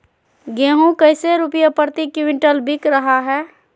गेंहू कैसे रुपए प्रति क्विंटल बिक रहा है?